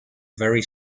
very